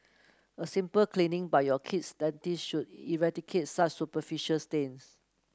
a simple cleaning by your kid's dentist should eradicate such superficial stains